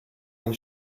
den